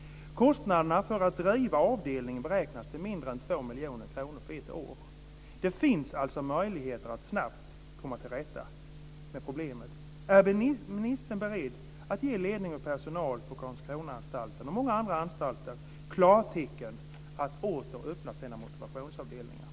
Kostnaderna för att driva avdelningen beräknas till mindre än 2 miljoner kronor på ett år. Det finns alltså möjligheter att snabbt komma till rätta med problemet. Är ministern beredd att ge ledning och personal på Karlskronaanstalten och många andra anstalter klartecken att åter öppna sina motivationsavdelningar?